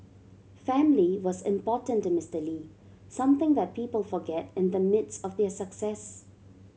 family was important to Mister Lee something that people forget in the midst of their success